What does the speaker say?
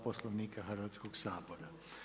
Poslovnika Hrvatskog sabora.